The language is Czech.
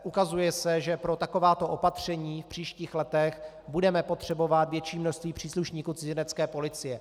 Ukazuje se, že pro takováto opatření v příštích letech budeme potřebovat větší množství příslušníků Cizinecké policie.